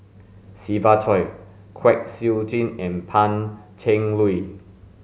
Siva Choy Kwek Siew Jin and Pan Cheng Lui